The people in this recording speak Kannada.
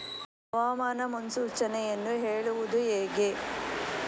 ಹವಾಮಾನ ಮುನ್ಸೂಚನೆಯನ್ನು ಹೇಳುವುದು ಹೇಗೆ?